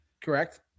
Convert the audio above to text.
Correct